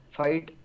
fight